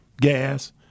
gas